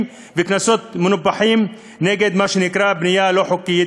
וקנסות מנופחים נגד מה שנקרא בנייה לא חוקית,